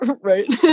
right